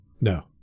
No